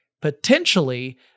potentially